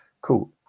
Cool